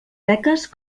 beques